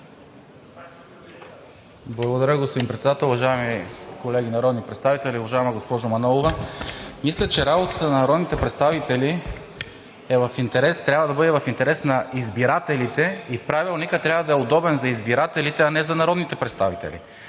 Благодаря, господин Председател. Уважаеми колеги народни представители! Уважаема госпожо Манолова, мисля, че работата на народните представители трябва да бъде в интерес на избирателите и Правилникът трябва да е удобен за избирателите, а не за народните представители.